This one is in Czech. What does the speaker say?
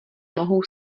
mohou